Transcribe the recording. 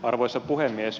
arvoisa puhemies